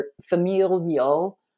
familial